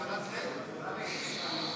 גמלה לתלמיד),